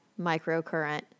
microcurrent